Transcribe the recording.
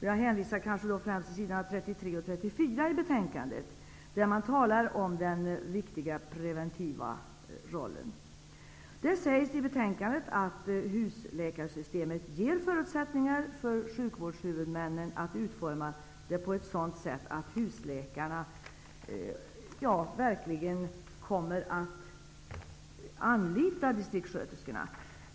Jag hänvisar främst till sidorna 33 och 34 i betänkandet, där man talar om den viktiga preventiva rollen. Det sägs i betänkandet att husläkarsystemet ger förutsättningar för sjukvårdshuvudmännen att utforma vården på ett sådant sätt att husläkarna verkligen kommer att anlita distriktssköterskorna.